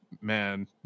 man